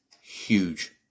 huge